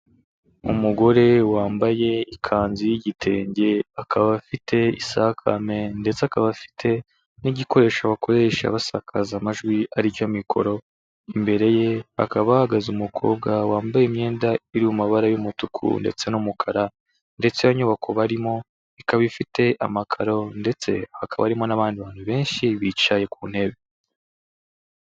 Umugore wambaye ikanzu y'igitenge, akaba afite isakame ndetse akaba afite n'igikoresho bakoresha basakaza amajwi, aricyo mikoro, imbere ye hakaba hahagaze umukobwa wambaye imyenda iri mu mabara y'umutuku ndetse n'umukara ndetse iyo nyubako barimo, ikaba ifite amakaro ndetse hakaba harimo n'abandi bantu benshi, bicaye ku ntebe.